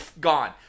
Gone